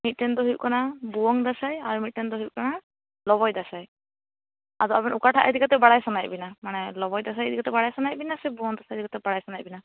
ᱢᱤᱫᱴᱟᱝ ᱫᱚ ᱦᱩᱭᱩᱜ ᱠᱟᱱᱟ ᱵᱷᱩᱣᱟ ᱝ ᱫᱟᱥᱟᱸᱭ ᱟᱨ ᱢᱤᱫᱴᱟᱝ ᱫᱚ ᱦᱩᱭᱩᱜ ᱠᱟᱱᱟ ᱞᱚᱵᱚᱭ ᱫᱟᱥᱟᱸᱭ ᱟᱫᱚ ᱟᱵᱤᱱ ᱚᱠᱟᱴᱟᱜ ᱤᱫᱤᱠᱟᱛᱮ ᱵᱟᱰᱟᱭ ᱥᱟᱱᱟᱭᱮᱫ ᱵᱤᱱᱟ ᱢᱟᱱᱮ ᱞᱚᱵᱚᱭ ᱫᱟᱥᱟᱸᱭ ᱤᱫᱤᱠᱟᱛᱮ ᱵᱟᱰᱟᱭ ᱥᱟᱱᱟᱭᱮᱫ ᱵᱤᱱᱟ ᱥᱮ ᱵᱷᱩᱣᱟ ᱝ ᱫᱟᱥᱟᱸᱭ ᱤᱫᱤᱠᱟᱛᱮ ᱵᱟᱰᱟᱭ ᱥᱟᱱᱟᱭᱮᱫ ᱵᱤᱱᱟ